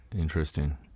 interesting